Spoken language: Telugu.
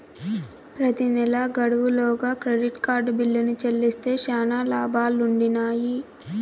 ప్రెతి నెలా గడువు లోగా క్రెడిట్ కార్డు బిల్లుని చెల్లిస్తే శానా లాబాలుండిన్నాయి